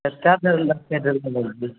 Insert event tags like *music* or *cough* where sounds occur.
कत्तेक देर लगतै *unintelligible*